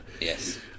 Yes